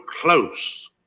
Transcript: close